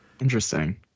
Interesting